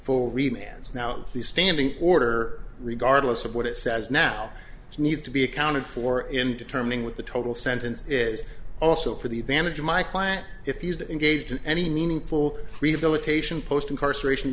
ends now on the standing order regardless of what it says now needs to be accounted for in determining what the total sentence is also for the advantage of my client if he's engaged in any meaningful rehabilitation post incarceration